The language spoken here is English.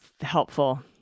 helpful